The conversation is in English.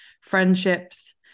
friendships